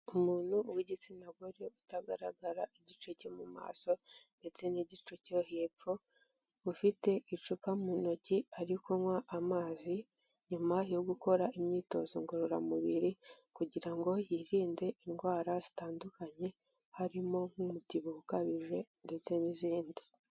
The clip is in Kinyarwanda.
Umuntu w'igitsina gore utagaragara igice cyo mu maso ndetse n'igice cyo hepfo, ufite icupa mu ntoki ari kunywa amazi, nyuma yo gukora imyitozo ngororamubiri kugira ngo yirinde indwara zitandukanye harimo nk'umubyibuho ukabije ndetse n'izindi.